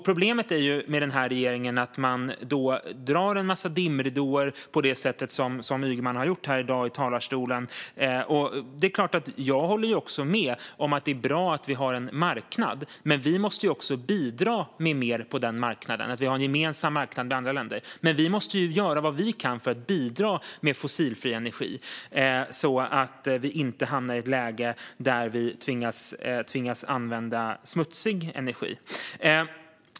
Problemet med den här regeringen är att man lägger ut en massa dimridåer, liksom Ygeman har gjort i talarstolen i dag. Det är klart att jag håller med om att det är bra att vi har en gemensam marknad med andra länder, men vi måste ju göra vad vi kan för att bidra med fossilfri energi så att vi inte hamnar i ett läge där vi tvingas att använda smutsig energi.